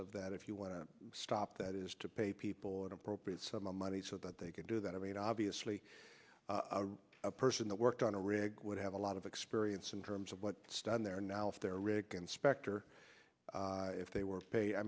of that if you want to stop that is to pay people an appropriate sum of money so that they can do that i mean obviously a person that worked on a rig would have a lot of experience in terms of what stand there now if there rick and specter if they were